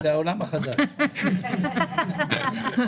אני רוצה להבין מה רמת ההשקעה שתהיה בכלכלה שיתופית,